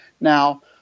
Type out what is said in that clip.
Now